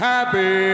Happy